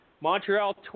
Montreal